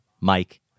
Mike